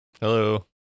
Hello